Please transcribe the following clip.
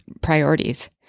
priorities